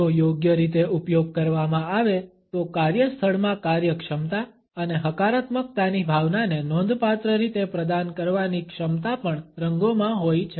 જો યોગ્ય રીતે ઉપયોગ કરવામાં આવે તો કાર્યસ્થળમાં કાર્યક્ષમતા અને હકારાત્મકતાની ભાવનાને નોંધપાત્ર રીતે પ્રદાન કરવાની ક્ષમતા પણ રંગોમાં હોય છે